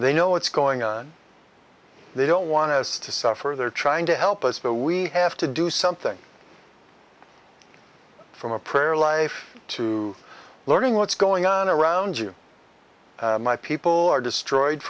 they know what's going on they don't want to us to suffer they're trying to help us but we have to do something from a prayer life to learning what's going on around you my people are destroyed